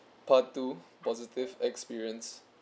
part two positive experience